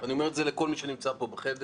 אני אומר את זה לכל מי שנמצא פה בחדר